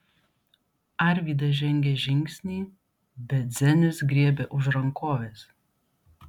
arvydas žengė žingsnį bet zenius griebė už rankovės